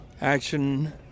Action